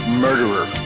murderer